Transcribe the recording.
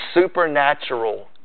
supernatural